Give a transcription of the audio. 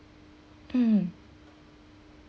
mm